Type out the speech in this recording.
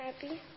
happy